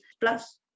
Plus